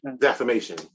Defamation